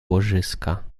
łożyska